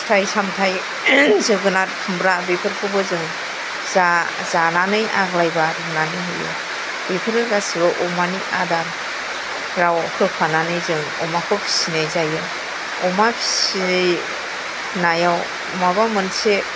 फिथाय सामथाय जोगोनाथ खुमब्रा बेफोरखौबो जों जा जानानै आग्लायबा रुनानै होयो बेफोरो गासिबो अमानि आदाराव होफानानै जों अमाखौ फिसिनाय जायो अमा फिसिनायाव माबा मोनसे